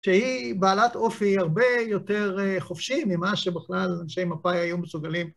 שהיא בעלת אופי הרבה יותר חופשי ממה שבכלל אנשי מפאי היו מסוגלים.